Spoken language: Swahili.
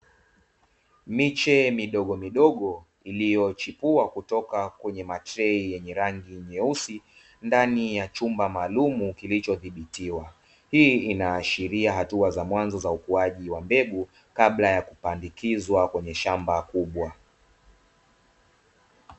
Miche midogomidogo iliyochipua kutoka kwenye matrei yenye rangi nyeusi ndani ya chumba maalumu kilichodhibitiwa, hii inaashiria hatua za mwanzo za ukuaji wa mbegu kabla ya kupandikizwa kwenye shamba kubwa.